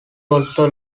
also